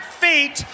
feet